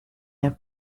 have